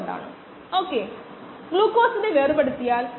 അതിനാൽ 500 മുതൽ 600 വരെയുള്ള പരിധി യഥാർത്ഥത്തിൽ മികച്ചതാണ്